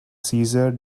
caesar